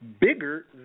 bigger